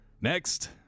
Next